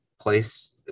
place